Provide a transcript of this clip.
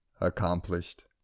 accomplished